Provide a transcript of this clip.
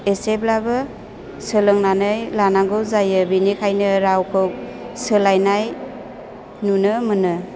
एसेब्लाबो सोलोंनानै लानांगौ जायो बेनिखायनो रावखौ सोलायनाय नुनो मोनो